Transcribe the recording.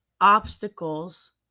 obstacles